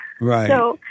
Right